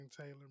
taylor